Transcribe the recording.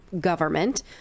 government